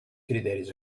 criteris